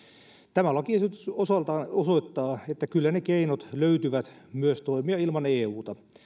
tämä lakiesitys osaltaan osoittaa että kyllä ne keinot toimia löytyvät myös ilman euta